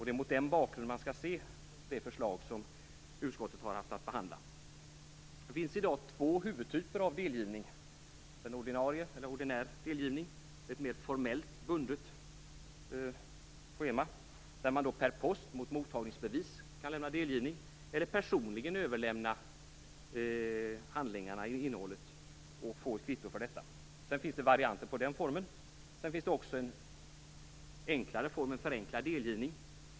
Det är mot den bakgrunden man skall se det förslag som utskottet har haft att behandla. Det finns i dag två huvudtyper av delgivning. Ordinär delgivning sker enligt ett mer formellt bundet schema. Man kan per post mot mottagningsbevis lämna delgivning, eller personligen överlämna handlingarna - innehållet - och få ett kvitto på detta. Sedan finns det varianter på den formen. Det finns också en förenklad delgivning.